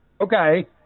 Okay